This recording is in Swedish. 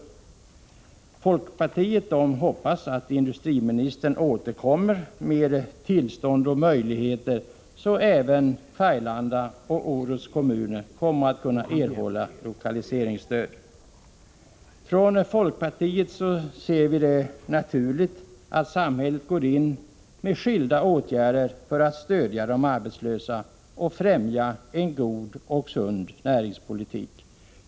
Inom folkpartiet hoppas vi att industriministern återkommer med tillstånd och möjligheter, så att även Färgelanda och Orusts kommuner kommer att erhålla lokaliseringsstöd. Från folkpartiets sida ser vi det naturligt att samhället går in med skilda åtgärder för att stödja de arbetslösa och främja en god och sund näringspolitik.